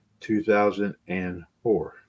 2004